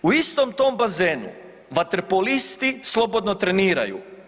U istom tom bazenu vaterpolisti slobodno treniraju.